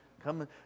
come